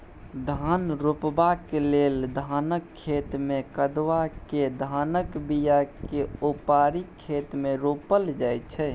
धान रोपबाक लेल धानक खेतमे कदबा कए धानक बीयाकेँ उपारि खेत मे रोपल जाइ छै